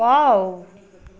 wow